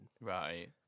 Right